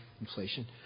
inflation